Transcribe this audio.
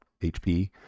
HP